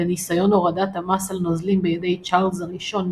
לניסיון הורדת המס על נוזלים בידי צ'ארלס הראשון,